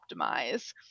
optimize